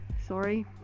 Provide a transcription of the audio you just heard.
sorry